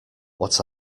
what